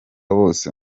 bose